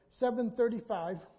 735